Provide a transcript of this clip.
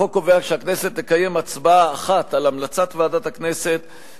החוק קובע שהכנסת תקיים הצבעה אחת על המלצת ועדת הכנסת,